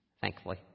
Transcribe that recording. Thankfully